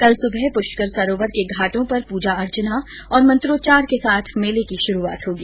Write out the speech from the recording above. कल सुबह पुष्कर सरोवर के घाटों पर पूजा अर्चना और मंत्रोच्चार के साथ मेले की शुरुआत होगी